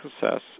success